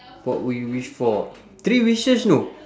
what would you wish for three wishes know